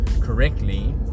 correctly